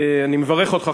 אני מברך אותך,